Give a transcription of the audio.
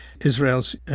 Israel's